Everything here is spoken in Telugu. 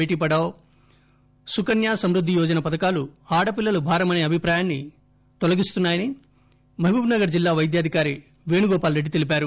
బేటీ పడావో సుకన్య సమ్ఫద్ది యోజన పథకాలు ఆడపిల్లలు భారమసే అభిప్రాయాన్సి తగ్గిస్తోందని మహబూబ్ నగర్ జిల్లా వైద్యాధికారి పేణుగోపాల్ రెడ్డి తెలిపారు